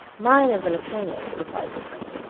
mine is an opinion, replied the tunny,